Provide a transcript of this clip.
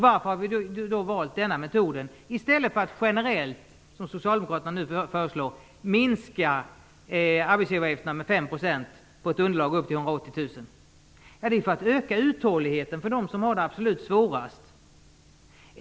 Varför har vi valt denna metod i stället för att generellt, som socialdemokraterna nu föreslår, minska arbetsgivaravgifterna med 5 % på ett underlag upp till 180 000? Jo, det är för att öka uthålligheten för dem som har det absolut svårast.